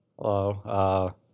Hello